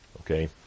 okay